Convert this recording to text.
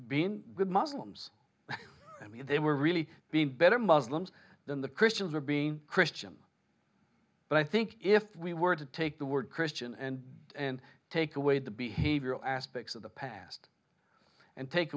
good muslims i mean they were really being better muslims than the christians were being christian but i think if we were to take the word christian and take away the behavioral aspects of the past and take